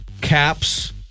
Caps